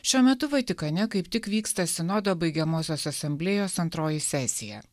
šiuo metu vatikane kaip tik vyksta sinodo baigiamosios asamblėjos antroji sesija